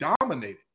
dominated